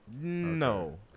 No